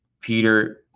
Peter